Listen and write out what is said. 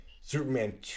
Superman